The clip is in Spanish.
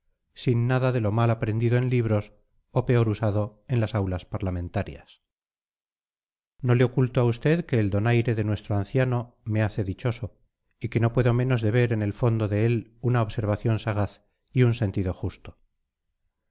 sin nada de lo mal aprendido en libros o peor cursado en las aulas parlamentarias no le oculto a usted que el donaire de nuestro anciano me hace dichoso y que no puedo menos de ver en el fondo de él una observación sagaz y un sentido justo